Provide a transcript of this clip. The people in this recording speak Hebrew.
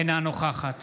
אינה נוכחת